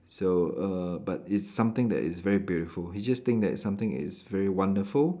so err but it's something that is very beautiful he just think that it's something is very wonderful